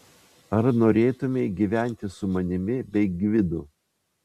ar norėtumei gyventi su manimi bei gvidu